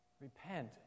repent